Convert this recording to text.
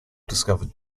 discovered